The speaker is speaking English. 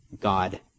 God